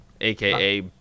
AKA